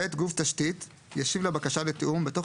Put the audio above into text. (ב)גוף תשתית ישיב לבקשה לתיאום בתוך